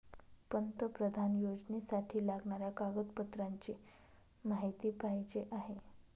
पंतप्रधान योजनेसाठी लागणाऱ्या कागदपत्रांची माहिती पाहिजे आहे